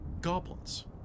goblins